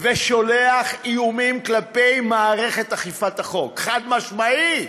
ושולח איומים כלפי מערכת אכיפת החוק, חד-משמעית.